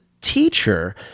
teacher